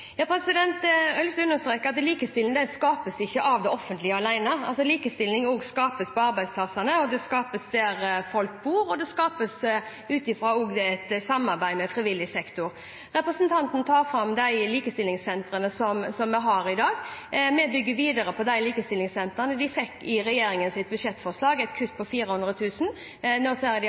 Jeg har lyst å understreke at likestilling ikke skapes av det offentlige alene. Likestilling skapes også på arbeidsplassene, det skapes der hvor folk bor, og det skapes også i et samarbeid med frivillig sektor. Representanten Bergstø trekker fram de likestillingssentrene som vi har i dag. Vi bygger videre på likestillingssentrene. De fikk i regjeringens budsjettforslag et kutt på 400 000 kr. Jeg ser at de